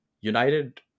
United